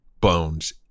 bones